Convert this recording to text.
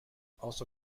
also